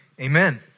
amen